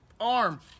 arm